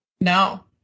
No